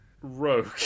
rogue